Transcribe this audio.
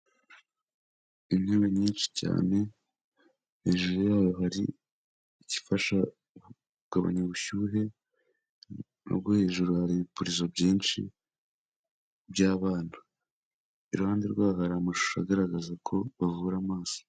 Intebe nyinshi cyane, hejuru yayo hari igifasha kugabanya ubushyuhe, nubwo hejuru hari ibipfurizo byinshi by'abana, iruhande rw'aho hari amashusho agaragaza ko bavura amaso.